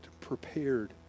prepared